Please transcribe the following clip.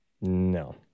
No